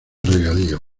regadío